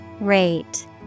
Rate